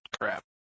crap